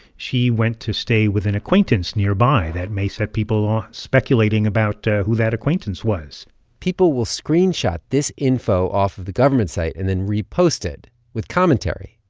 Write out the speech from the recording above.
she went to stay with an acquaintance nearby. that may set people um speculating about who that acquaintance was people will screenshot this info off of the government site and then repost it with commentary,